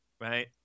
Right